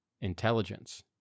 intelligence